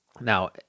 Now